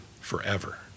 forever